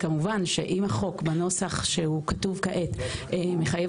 כמובן שאם החוק בנוסח שכתוב כעת מחייב